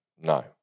No